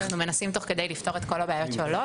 אנחנו מנסים תוך כדי לפתור את כל הבעיות שעולות.